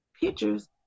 pictures